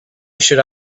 should